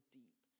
deep